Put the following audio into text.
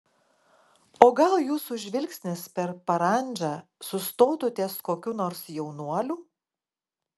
o gal jūsų žvilgsnis per parandžą sustotų ties kokiu nors jaunuoliu